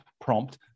prompt